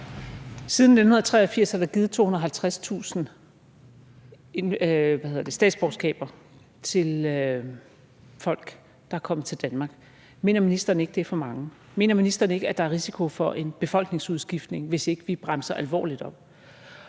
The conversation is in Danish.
Siden 1983 er der givet 250.000 statsborgerskaber til folk, der er kommet til Danmark. Mener ministeren ikke, det er for mange? Mener ministeren ikke, at der er risiko for en befolkningsudskiftning, hvis ikke vi bremser alvorligt op?